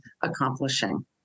accomplishing